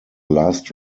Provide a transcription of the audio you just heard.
last